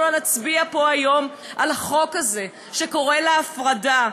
לא נצביע פה היום על החוק הזה שקורא להפרדה.